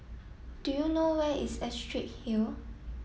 do you know where is Astrid Hill